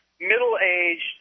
middle-aged